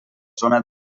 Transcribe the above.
zona